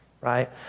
right